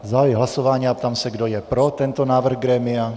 Zahajuji hlasování a ptám se, kdo je pro tento návrh grémia.